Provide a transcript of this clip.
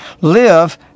live